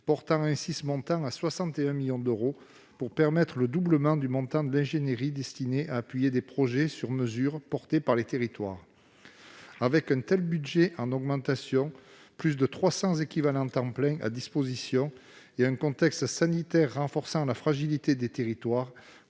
portant ainsi ce montant à 61 millions d'euros, afin de permettre le doublement du montant de l'ingénierie destinée à appuyer des projets sur mesure, portés par les territoires. Avec une telle augmentation de son budget, plus de 300 équivalents temps plein à disposition, et un contexte sanitaire accentuant la fragilité des territoires,